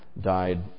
died